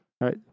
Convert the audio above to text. Right